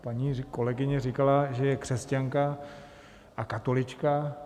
Paní kolegyně říkala, že je křesťanka a katolička.